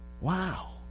Wow